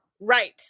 Right